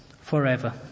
forever